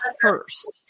first